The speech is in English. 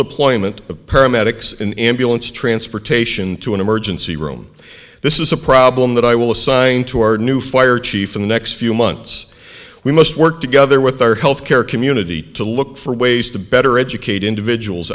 deployment of paramedics an ambulance transportation to an emergency room this is a problem that i will assign to our new fire chief in the next few months we must work together with our health care community to look for ways to better educate individuals